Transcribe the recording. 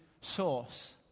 source